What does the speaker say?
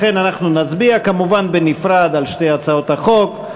לכן נצביע, כמובן בנפרד, על שתי הצעות החוק.